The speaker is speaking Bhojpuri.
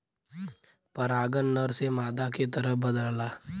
परागन नर से मादा के तरफ बदलला